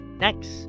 Next